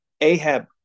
Ahab